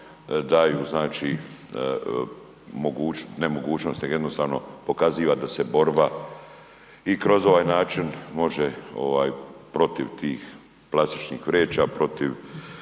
daju mogućnost, ne mogućnost nego jednostavno pokaziva da se borba i kroz ovaj način može protiv tih plastičnih vreća, protiv